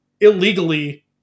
illegally